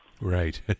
Right